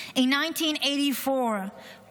In 1984,